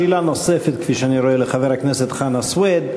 שאלה נוספת, כפי שאני רואה, לחבר הכנסת חנא סוייד.